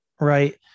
right